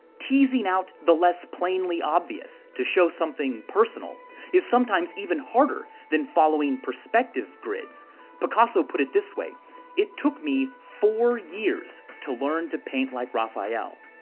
teasing out the less plainly obvious to show something personal is sometimes even harder than following perspective grids picasso put it this way it it took me four years to learn to paint like rafael,